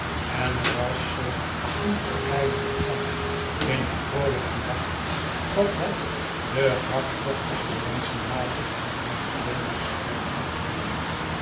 en er was zulk een verblijdende klank in haar vroolijk gelach dat het den hardvochtigsten menschenhater een glimlach zou hebben afgedwongen